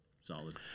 solid